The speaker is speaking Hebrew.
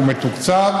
והוא מתוקצב.